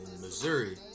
Missouri